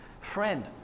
Friend